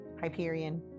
Hyperion